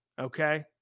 okay